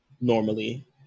normally